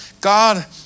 God